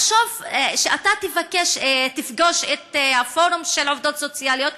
לחשוב שאתה תפגוש את הפורום של העובדות הסוציאליות,